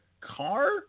car